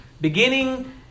beginning